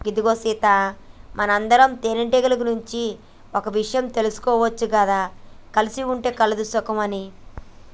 ఇగో సీత మనందరం తేనెటీగల నుండి ఓ ఇషయం తీసుకోవచ్చు గది కలిసి ఉంటే కలదు సుఖం అని